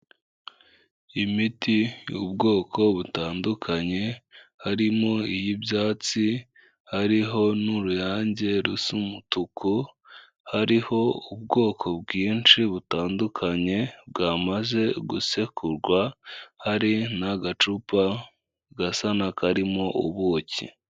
Imiti y'ubwoko butandukanye harimo iy'ibyatsi hariho n'uruyange rusa umutuku, hariho ubwoko bwinshi butandukanye bwa maze gusekurwa, hari n'agacupa gasana n'akarimo ubuki.